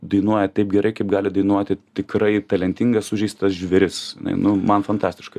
dainuoja taip gerai kaip gali dainuoti tikrai talentingas sužeistas žvėris jinai nu man fantastiškai